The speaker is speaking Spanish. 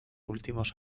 últimos